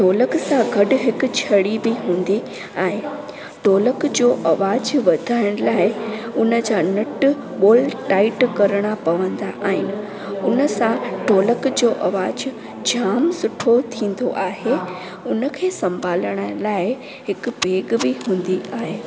ढोलक सां गॾु हिकु छड़ी बि हूंदी आहे ढोलक जो आवाज़ु वधाइण लाइ उन जा नट बोल्ट टाइट करिणा पवंदा आहिनि उन सां ढोलक जो आवाज़ु जाम सुठो थींदो आहे उन खे संभालण लाइ हिकु पेक बि हूंदी आहे